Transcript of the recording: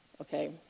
okay